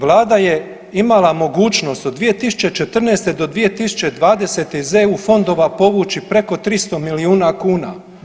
Vlada je imala mogućnost od 2014. do 2020. iz EU fondova povući preko 300 miliona kuna.